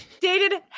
dated